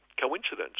Coincidence